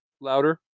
louder